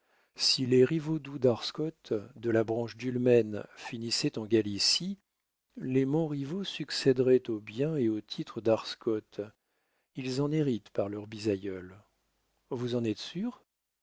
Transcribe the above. si les rivaudoult d'arschoot de la branche dulmen finissaient en gallicie les montriveau succéderaient aux biens et aux titres d'arschoot ils en héritent par leur bisaïeul vous en êtes sûre